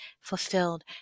fulfilled